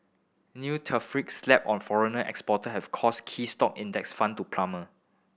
new tariffs slapped on foreign exporter have caused key stock index fund to plummet